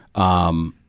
um,